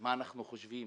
מה אנחנו חושבים,